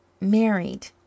married